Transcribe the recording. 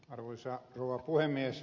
arvoisa rouva puhemies